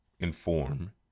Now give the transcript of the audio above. inform